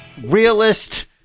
realist